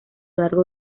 largo